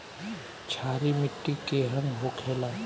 क्षारीय मिट्टी केहन होखेला?